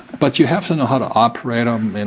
but you have to know how to operate um and